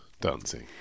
dancing